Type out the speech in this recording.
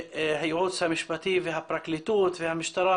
שהייעוץ המשפטי והפרקליטות והמשטרה,